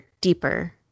deeper